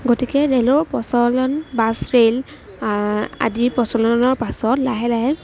গতিকে ৰেলৰ প্ৰচলন বাছ ৰেল আদি্ৰ প্ৰচলনৰ পাছত লাহে লাহে